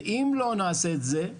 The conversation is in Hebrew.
ואם לא נעשה את זה,